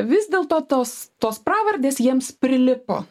vis dėlto tos tos pravardės jiems prilipo